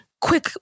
quick